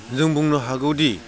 जों बुंनो हागौदि